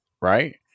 Right